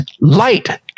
light